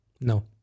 No